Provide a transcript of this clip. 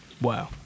Wow